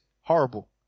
horrible